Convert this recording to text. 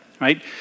right